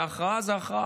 והכרעה זו הכרעה,